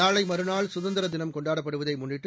நாளை மறநாள் குதந்திர தினம் கொண்டாடப்படுவதை முன்னிட்டு